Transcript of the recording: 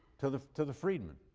to the to the freedmen.